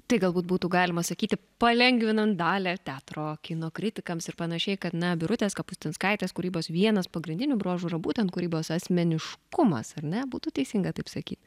tai galbūt būtų galima sakyti palengvinant dalią teatro kino kritikams ir panašiai kad na birutės kapustinskaitės kūrybos vienas pagrindinių bruožų yra būtent kūrybos asmeniškumas ar ne būtų teisinga taip sakyt